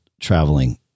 traveling